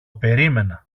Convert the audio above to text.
περίμενα